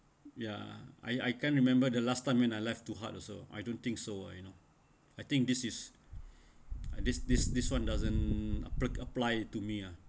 ya I I can't remember the last time when I laugh too hard also I don't think so ah you know I think this is uh this this this [one] doesn't applic~ apply to me ah